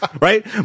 Right